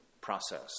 process